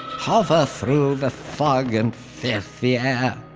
hover through the fog and filthy air.